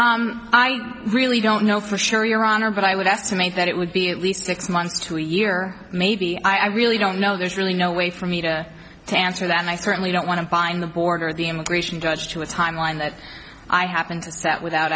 that's i really don't know for sure your honor but i would estimate that it would be at least six months to a year maybe i really don't know there's really no way for me to tanser that and i certainly don't want to bind the border the immigration judge to a timeline that i happened to sat without